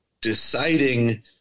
Deciding